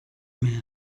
mehr